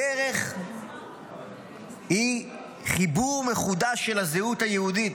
הדרך היא חיבור מחודש של הזהות היהודית.